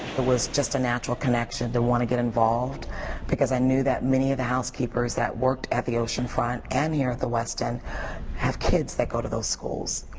it was just a natural connection to want to get involved because i knew that many of the housekeepers that worked at the oceanfront and here at the westin have kids that go to those schools,